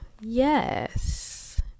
yes